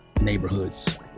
neighborhoods